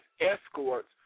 escorts